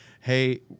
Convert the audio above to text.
hey